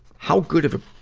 how good of a,